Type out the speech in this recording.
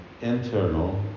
internal